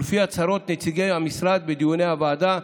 ולפי הצהרות נציגי המשרד בדיוני הוועדה,